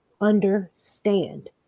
understand